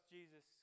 Jesus